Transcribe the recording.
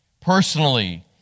personally